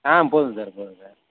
ஆ போதும் சார் போதும் சார்